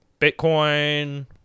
Bitcoin